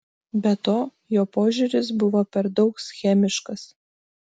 be to jo požiūris buvo per daug schemiškas